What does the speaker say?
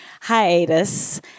hiatus